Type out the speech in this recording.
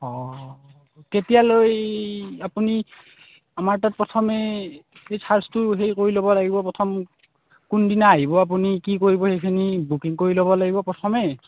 কেতিয়ালৈ আপুনি আমাৰ তাত প্ৰথমে এই চাৰ্ছটো হেৰি কৰি ল'ব লাগিব প্ৰথম কোন দিনা আহিব আপুনি কি কৰিব সেইখিনি বুকিং কৰি ল'ব লাগিব প্ৰথমে